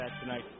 tonight